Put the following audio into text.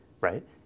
right